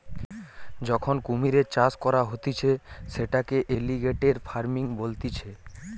যখন কুমিরের চাষ করা হতিছে সেটাকে এলিগেটের ফার্মিং বলতিছে